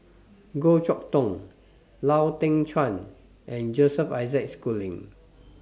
Goh Chok Tong Lau Teng Chuan and Joseph Isaac Schooling